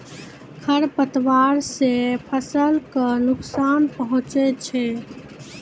खरपतवार से फसल क नुकसान पहुँचै छै